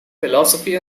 philosophy